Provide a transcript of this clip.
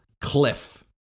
cliff